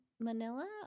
Manila